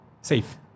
safe